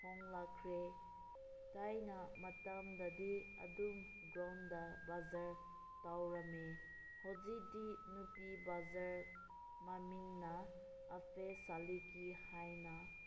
ꯍꯣꯡꯂꯛꯈ꯭ꯔꯦ ꯊꯥꯏꯅ ꯃꯇꯝꯗꯗꯤ ꯑꯗꯨꯝ ꯒ꯭ꯔꯥꯎꯟꯗ ꯕꯖꯥꯔ ꯇꯧꯔꯝꯃꯤ ꯍꯧꯖꯤꯛꯇꯤ ꯅꯨꯄꯤ ꯕꯖꯥꯔ ꯃꯃꯤꯡꯅ ꯑꯐꯦ ꯁꯥꯂꯤꯀꯤ ꯍꯥꯏꯅ